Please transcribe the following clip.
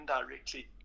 indirectly